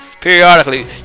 periodically